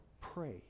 pray